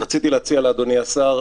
רציתי להציע לאדוני השר,